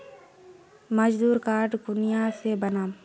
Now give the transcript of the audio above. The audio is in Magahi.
मजदूर कार्ड कुनियाँ से बनाम?